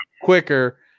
quicker